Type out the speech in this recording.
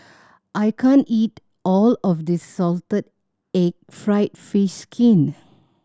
I can't eat all of this salted egg fried fish skin